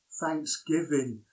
Thanksgiving